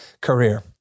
career